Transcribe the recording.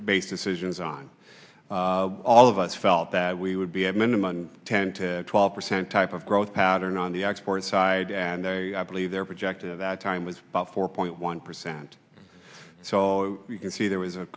base decisions on all of us felt that we would be at minimum ten to twelve percent type of growth pattern on the export side and i believe their project of that time was about four point one percent so you can see there was a